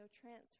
transfer